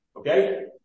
Okay